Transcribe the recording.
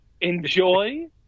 enjoy